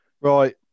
Right